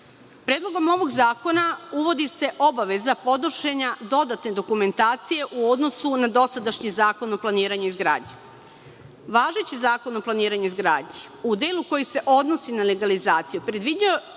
Predlogom ovog zakona uvodi se obaveza podnošenja dodatne dokumentacije u odnosu na dosadašnji Zakon o planiranju i izgradnji. Važeći Zakon o planiranju i izgradnji u delu koji se odnosi na legalizaciju predviđao